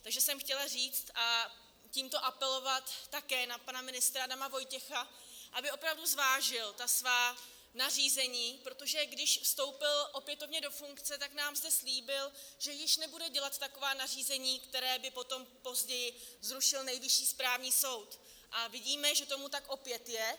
Takže jsem chtěla říct a tímto apelovat také na pana ministra Adama Vojtěcha aby opravdu zvážil svá nařízení, protože když vstoupil opětovně do funkce, tak nám zde slíbil, že již nebude dělat taková nařízení, která by potom později zrušil Nejvyšší správní soud, a vidíme, že tomu tak opět je.